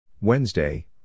Wednesday